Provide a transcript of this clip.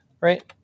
right